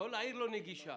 העיר לא נגישה.